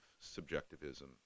subjectivism